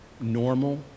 normal